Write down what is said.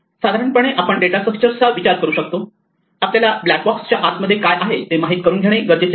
साधारणपणे आपण data structure चा विचार करू शकतो आपल्याला ब्लॅक बॉक्स च्या आत मध्ये काय आहे ते माहीत करून घेणे गरजेचे नाही